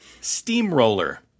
Steamroller